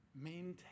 Maintain